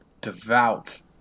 devout